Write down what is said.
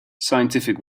scientific